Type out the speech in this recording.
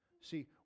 See